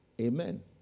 Amen